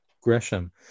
Gresham